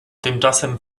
tymczasem